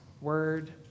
word